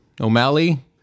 O'Malley